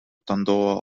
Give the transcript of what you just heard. тандоо